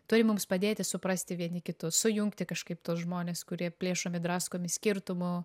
turi mums padėti suprasti vieni kitus sujungti kažkaip tuos žmones kurie plėšomi draskomi skirtumų